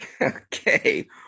okay